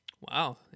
Wow